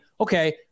okay